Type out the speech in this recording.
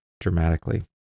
dramatically